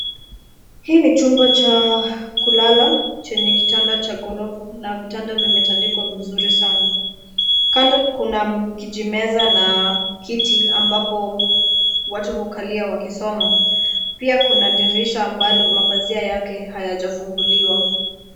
Hii ni chumba cha kulala chenye kitanda cha gorofa na vitanda vimetandikwa vizuri sana. Kando kuna kijimeza na kiti ambapo watu hukalia wakisoma pia kuna dirisha ambalo mapazia yake hayajafunguliwa.